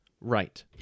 Right